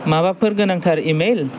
माबाफोर गोनांथार इमेल